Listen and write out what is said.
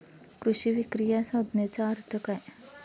कृषी विक्री या संज्ञेचा अर्थ काय?